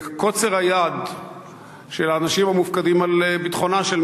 זה קוצר היד של האנשים המופקדים על ביטחונה של